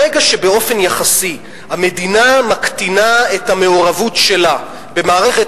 ברגע שבאופן יחסי המדינה מקטינה את המעורבות שלה במערכת